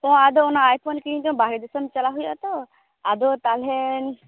ᱟᱫᱚ ᱚᱱᱟ ᱟᱭᱯᱷᱳᱱ ᱠᱤᱨᱤᱧ ᱫᱚ ᱵᱟᱦᱨᱮ ᱫᱤᱥᱟᱹᱢ ᱪᱟᱞᱟᱜ ᱦᱩᱭᱩᱭᱟ ᱛᱚ ᱟᱫᱚ ᱛᱟᱦᱚᱞᱮ